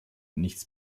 nichts